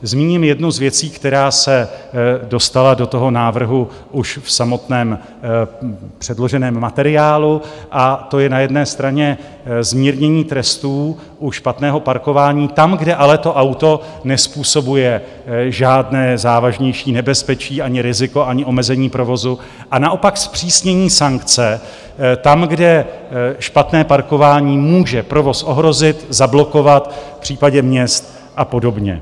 Zmíním jednu z věcí, která se dostala do toho návrhu už v samotném předloženém materiálu, to je na jedné straně zmírnění trestů u špatného parkování tam, kde ale to auto nezpůsobuje žádné závažnější nebezpečí ani riziko, ani omezení provozu, a naopak zpřísnění sankce tam, kde špatné parkování může provoz ohrozit, zablokovat v případě měst a podobně.